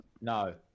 No